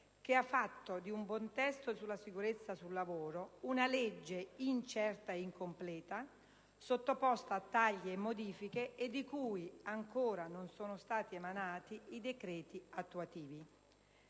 che ha fatto di un buon testo sulla sicurezza sul lavoro una legge incerta e incompleta, sottoposta a tagli e modifiche, e di cui ancora non sono stati emanati i decreti attuativi.